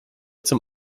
zum